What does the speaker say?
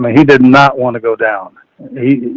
he did not want to go down